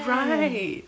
right